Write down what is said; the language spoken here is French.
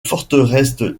forteresse